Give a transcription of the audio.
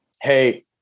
Hey